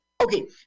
Okay